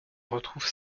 retrouve